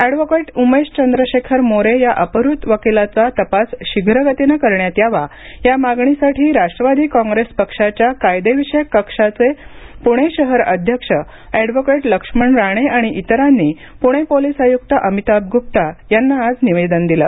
advocate Umesh Chandrashekhar More या अपहृत वकिलाचा तपास शीघ्र गतीने करण्यात यावा या मागणीसाठी राष्ट्रवादी काँग्रेस पक्षाच्या कायदेविषयक कक्षाचे पुणे शहर अध्यक्ष अँडवोकेट लक्ष्मण राणे आणि इतरांनी पुणे पोलीस आयुक्त अमिताभ गुप्ता यांना आज निवेदन दिलं